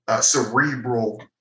cerebral